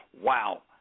wow